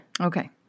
Okay